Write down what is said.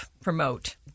promote